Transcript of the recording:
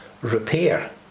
repair